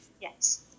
yes